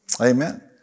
Amen